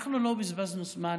אנחנו לא בזבזנו זמן